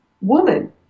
woman